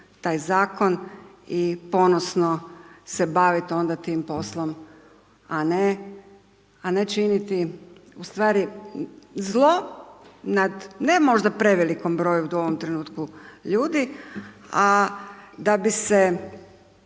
taj zakon i ponosno se bavit onda tim poslom, a ne činiti u stvari zlo nad ne možda prevelikom broju u ovom trenutku ljudi, a da bi se